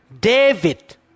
David